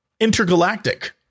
intergalactic